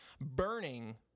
burning